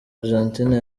argentina